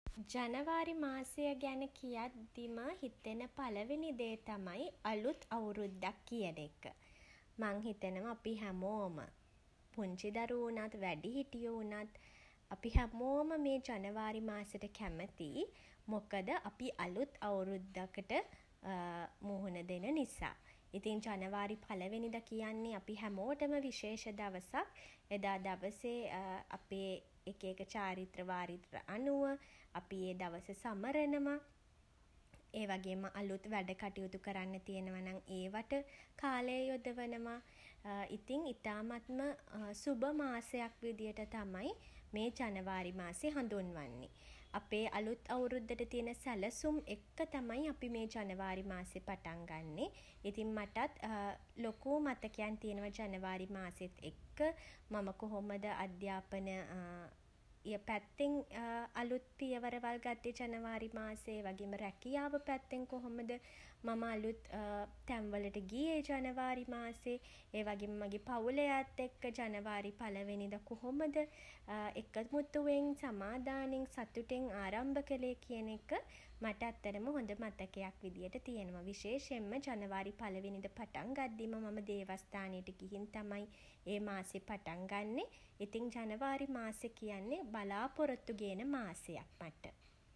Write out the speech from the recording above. ජනවාරි මාසය ගැන කියද් දිම හිතෙන පළවෙනි දේ තමයි අලුත් අවුරුද්දක් කියන එක. මං හිතනවා අපි හැමෝම පුංචි දරුවෝ වුණත් වැඩිහිටියෝ වුණත් අපි හැමෝම මේ ජනවාරි මාසයට කැමතියි. මොකද අපි අලුත් අවුරුද්දකට මුහුණ දෙන නිසා. ඉතින් ජනවාරි පළවෙනිදා කියන්නේ අපි හැමෝටම විශේෂ දවසක්. එදා දවසේ අපේ එක එක චාරිත්‍ර වාරිත්‍ර අනුව අපි ඒ දවස සමරනවා. ඒ වගේම අලුත් වැඩකටයුතු කරන්න තියෙනවා නම් ඒවට කාලය යොදවනවා ඉතින් ඉතාමත්ම සුබ මාසයක් විදිහට තමයි මේ ජනවාරි මාසය හඳුන්වන්නේ. අපේ අලුත් අවුරුද්දට තියෙන සැලසුම් එක්ක තමයි අපි මේ ජනවාරි මාසේ පටන් ගන්නේ. ඉතින් මටත් ලොකු මතකයක් තියෙනවා ජනවාරි මාසෙත් එක්ක. මම කොහොමද අධ්‍යාපන ය පැත්තෙන් අලුත් පියවරවල් ගත්තේ ජනවාරි මාසේ. ඒ වගේම රැකියාව පැත්තෙන් කොහොමද මම අලුත් තැන්වලට ගියේ ජනවාරි මාසේ. ඒ වගේම මගේ පවුලේ අයත් එක්ක ජනවාරි පළවෙනිදා කොහොමද එකමුතුවෙන් සමාදානෙන් සතුටින් ආරම්භ කළේ කියන එක මට ඇත්තටම හොඳ මතකයක් විදිහට තියෙනවා. විශේෂයෙන්ම ජනවාරි පළවෙනිදා පටන් ගද්දිම මම දේවස්ථානයට ගිහින් තමයි ඒ මාසේ පටන් ගන්නෙ. ඉතින් ජනවාරි මාසේ කියන්නේ බලාපොරොත්තු ගේන මාසයක් මට.